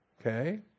Okay